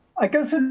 i guess, ah